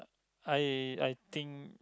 I I think